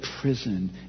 prison